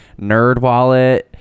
NerdWallet